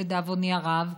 לדאבוני הרב,